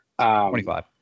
25